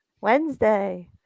Wednesday